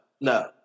No